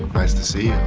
nice to see